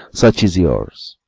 such is yours.